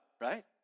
right